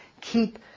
keep